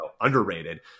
underrated